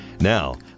Now